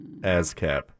ASCAP